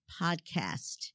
podcast